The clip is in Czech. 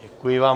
Děkuji vám.